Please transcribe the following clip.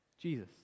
Jesus